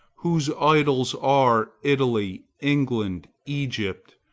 whose idols are italy, england, egypt,